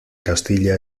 castilla